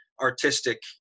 artistic